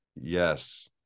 Yes